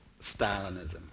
Stalinism